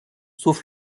sauf